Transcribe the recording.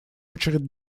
очередь